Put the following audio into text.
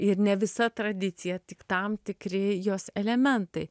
ir ne visa tradicija tik tam tikri jos elementai